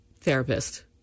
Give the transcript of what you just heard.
therapist